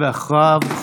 ואחריו,